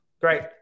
Great